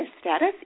status